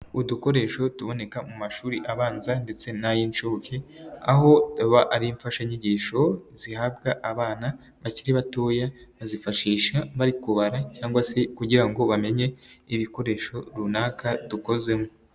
Udukoresho tuboneka mu mashuri abanza ndetse n'ay'inshuke, aho aba ari imfashanyigisho zihabwa abana bakiri batoya, bazifashisha bari kubara cyangwa se kugira ngo bamenye ibikoresho runaka dukozemo.